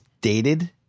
dated